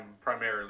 primarily